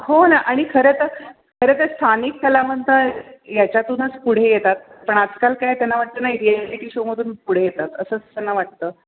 हो ना आणि खरं तर खरं तर स्थानिक कलावंत याच्यातूनच पुढे येतात पण आजकाल काय त्यांना वाटतं नाही रियालिटी शोमधून पुढे येतात असंच त्यांना वाटतं